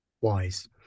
wise